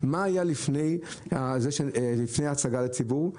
שהן מעלות מחיר ואז אומרות שעשו הנחה בגובה של 50 אחוזים.